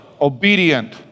obedient